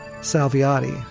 Salviati